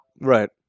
Right